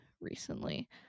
recently